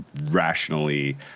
rationally